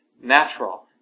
natural